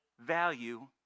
value